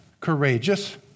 courageous